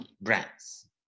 brands